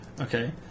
Okay